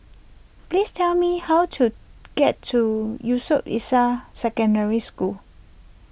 please tell me how to get to Yusof Ishak Secondary School